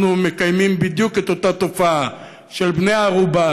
אנחנו מקיימים בדיוק את אותה תופעה של בני-ערובה,